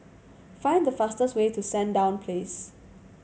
find the fastest way to Sandown Place